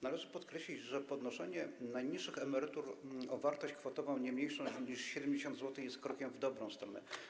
Należy podkreślić, że podnoszenie najniższych emerytur o wartość kwotową nie mniejszą niż 70 zł jest krokiem w dobrą stronę.